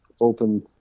open